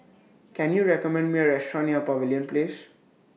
Can YOU recommend Me A Restaurant near Pavilion Place